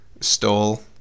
Stole